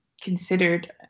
considered